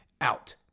out